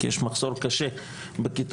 כי יש מחסור קשה בכיתות.